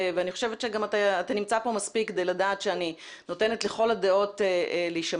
וגם אתה נמצא פה מספיק כדי לדעת שאני נותנת לכל הדעות להישמע,